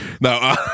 No